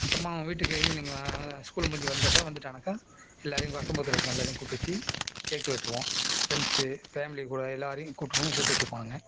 அப்புறமா வீட்டுக்கு ஈவினிங் ஸ்கூலில் முடிஞ்சு வந்தப்போ வந்துட்டான்னாக்கா எல்லாரையும் அக்கம் பக்கத்தில் இருக்க எல்லாரையும் கூப்பிட்டு வெச்சு கேக்கு வெட்டுவோம் ஃப்ரெண்ட்ஸு ஃபேமிலி கூட எல்லாரையும் கூப்பிட்டுருவோம் கூப்பிட்டு வெச்சுப்போம் நாங்கள்